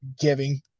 giving